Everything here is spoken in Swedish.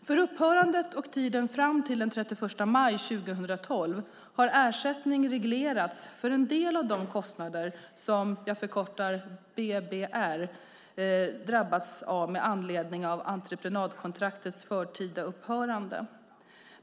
För upphörandet och tiden fram till den 31 maj 2012 har ersättning reglerats för en del av de kostnader som - jag förkortar - BBR drabbats av med anledning av entreprenadkontraktets förtida upphörande.